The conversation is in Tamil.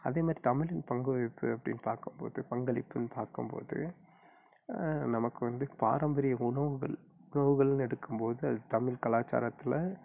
அதேமாதிரி தமிழின் பங்கு வகிப்பு அப்படின்னு பார்க்கும்போது பங்களிப்புன்னு பார்க்கும்போது நமக்கு வந்து பாரம்பரிய உணவுகள் உணவுகள்ன்னு எடுக்கும்போது அது தமிழ் கலாச்சாரத்தில்